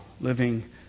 living